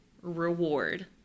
reward